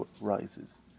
rises